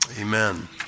Amen